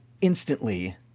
instantly